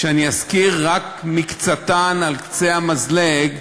ואני אזכיר רק מקצתן, על קצה המזלג.